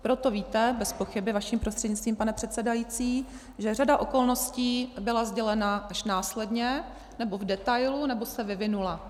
Proto víte bezpochyby, vaším prostřednictvím, pane předsedající, že řada okolností byla sdělena až následně, nebo v detailu, nebo se vyvinula.